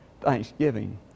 Thanksgiving